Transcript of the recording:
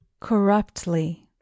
Corruptly